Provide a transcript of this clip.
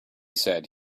said